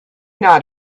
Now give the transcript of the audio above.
not